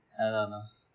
அதான் அதான்:athaan athaan